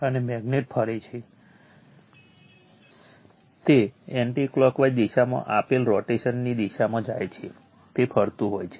અને મેગ્નેટ ફરે છે તે એન્ટી ક્લોકવાઇઝ દિશામાં આપેલ રોટેશન ની દિશામાં જાય છે તે ફરતું હોય છે